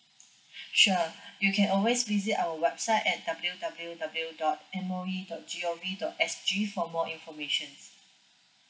sure you can always visit our website at W W W dot M O E dot G O V dot S G for more informations